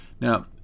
Now